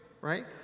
right